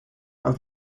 are